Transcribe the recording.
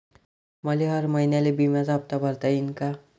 मले हर महिन्याले बिम्याचा हप्ता भरता येईन का?